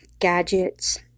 gadgets